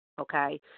okay